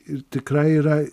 ir tikrai yra